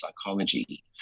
psychology